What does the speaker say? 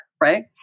Right